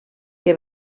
que